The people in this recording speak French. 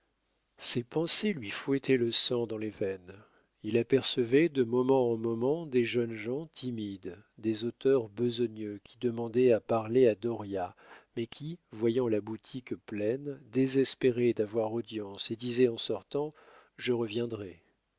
ces pensées lui fouettaient le sang dans les veines il apercevait de moment en moment des jeunes gens timides des auteurs besogneux qui demandaient à parler à dauriat mais qui voyant la boutique pleine désespéraient d'avoir audience et disaient en sortant je reviendrai